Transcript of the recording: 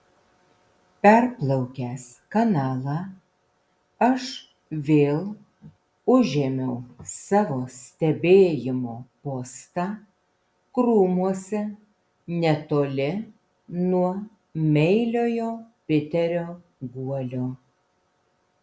perplaukęs kanalą aš vėl užėmiau savo stebėjimo postą krūmuose netoli nuo meiliojo piterio guolio